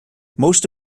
most